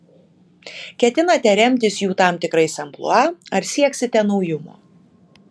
ketinate remtis jų tam tikrais amplua ar sieksite naujumo